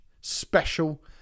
special